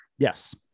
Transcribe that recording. Yes